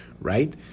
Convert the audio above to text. right